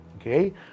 okay